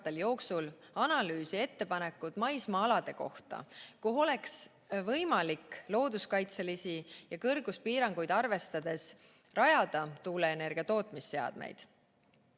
analüüs ja ettepanekud maismaa-alade kohta, kuhu oleks võimalik looduskaitselisi ja kõrguspiiranguid arvestades rajada tuuleenergia tootmisseadmeid.